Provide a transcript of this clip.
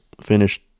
finished